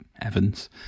Evans